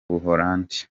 ubuholandi